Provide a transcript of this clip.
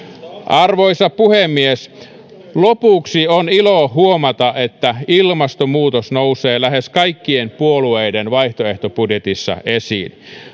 arvoisa puhemies lopuksi on ilo huomata että ilmastonmuutos nousee lähes kaikkien puolueiden vaihtoehtobudjetissa esiin